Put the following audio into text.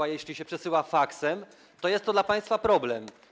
a jeśli się przesyła faksem, to jest to dla państwa problem.